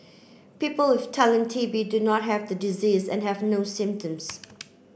people with latent T B do not have the disease and have no symptoms